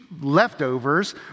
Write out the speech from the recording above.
leftovers